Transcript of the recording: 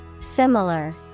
Similar